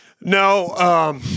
No